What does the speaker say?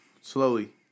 Slowly